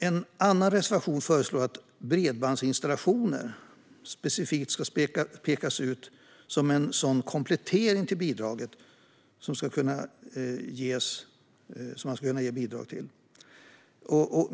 Den andra reservationen föreslår att bredbandsinstallationer specifikt ska pekas ut som en sådan komplettering som bidrag ska kunna ges till.